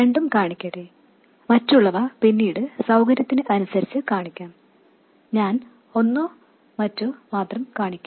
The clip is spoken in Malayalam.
രണ്ടും കാണിക്കട്ടെ മറ്റുള്ളവ പിന്നീട് സൌകര്യത്തിന് അനുസരിച്ച് കാണിക്കാം ഞാൻ ഒന്നോ മറ്റോ മാത്രം കാണിക്കും